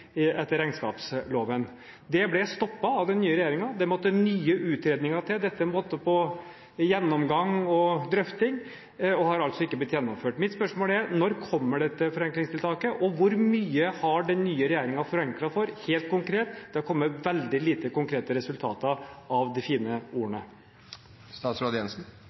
etter regnskapsloven. Det ble stoppet av den nye regjeringen. Det måtte nye utredninger til. Dette måtte til gjennomgang og drøfting og har altså ikke blitt gjennomført. Mitt spørsmål er: Når kommer dette forenklingstiltaket? Og hvor mye har den nye regjeringen forenklet for helt konkret? Det har kommet veldig lite konkrete resultater av de fine ordene.